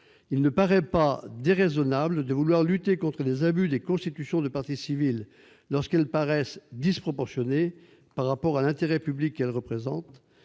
Il ne paraît pas déraisonnable de vouloir lutter contre les abus en matière de constitution de partie civile lorsque celle-ci paraît disproportionnée par rapport à l'intérêt public qu'elle représente,